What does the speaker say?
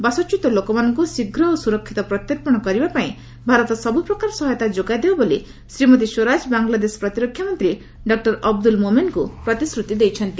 ବାସଚ୍ୟୁତ ଲୋକମାନଙ୍କୁ ଶୀଘ୍ର ଓ ସୁରକ୍ଷିତ ପ୍ରତ୍ୟାର୍ପଣ କରିବା ପାଇଁ ଭାରତ ସବୁ ପ୍ରକାର ସହାୟତା ଯୋଗାଇ ଦେବ ବୋଲି ଶ୍ରୀମତୀ ସ୍ୱରାଜ ବାଙ୍ଗଲାଦେଶ ପ୍ରତିରକ୍ଷା ମନ୍ତ୍ରୀ ଡକ୍ଟର ଅବଦୁଲ୍ ମୋମେନ୍ଙ୍କୁ ପ୍ରତିଶ୍ରୁତି ଦେଇଛନ୍ତି